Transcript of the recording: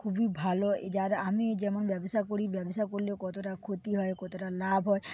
খুবই ভালো আমিও যেমন ব্যবসা করি ব্যবসা করলে কতটা ক্ষতি হয় কতটা লাভ হয়